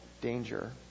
danger